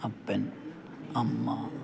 അപ്പൻ അമ്മ